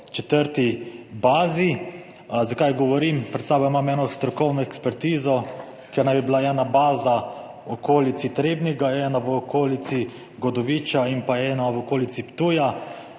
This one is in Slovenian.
četrte baze? Zakaj to govorim? Pred sabo imam eno strokovno ekspertizo, kjer naj bi bila ena baza v okolici Trebnjega, ena v okolici Godoviča in ena v okolici Ptuja.